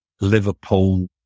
Liverpool